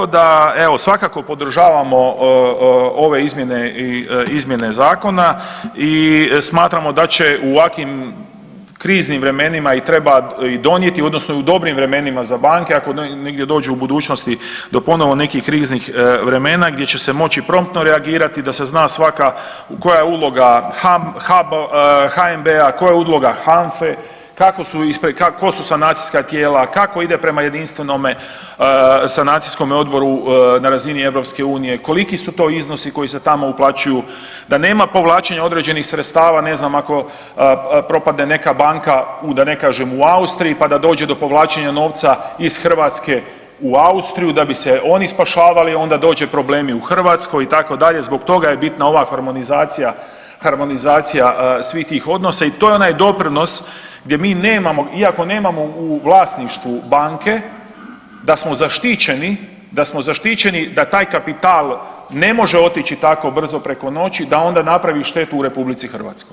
Tako da evo, svakako podržavamo ove izmjene zakona i smatramo da će u ovakvim kriznim vremena i treba donijeti odnosno i u dobrim vremenima za banke ako negdje dođu u budućnosti do ponovno nekih kriznih vremena gdje će moći promptno reagirati da se zna svaka koja je uloga HNB-a, koja je uloga HANFA-e, ko su sanacijska tijela, kako ide prema jedinstvenome sanacijskom odboru na razini EU-a, koliko su to iznosi koji se tamo uplaćuju, da nema povlačenja određenih sredstava, ne znam ako propadne neka banke da ne kažem u Austriji pa da dođe do povlačenja novca iz Hrvatske u Austriju, da bi se oni spašavali, onda dođu problemi u Hrvatsku itd., zbog toga je bitna ova harmonizacija svih tih odnosa i to je onaj doprinos gdje mi nemamo, iako nemamo u vlasništvu banke da smo zaštićeni, da taj kapital ne može otići tako brzo preko noći, da onda napravi štetu u RH.